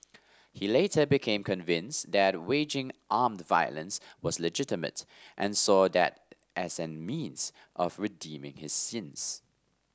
he later became convinced that waging armed violence was legitimate and saw that as a means of redeeming his sins